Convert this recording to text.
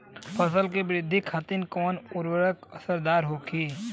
फसल के वृद्धि खातिन कवन उर्वरक ज्यादा असरदार होखि?